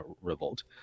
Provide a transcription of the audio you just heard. Revolt